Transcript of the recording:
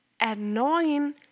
annoying